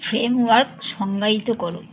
framework সংজ্ঞায়িত কর